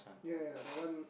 yea yea the one